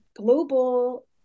global